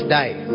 die